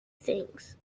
things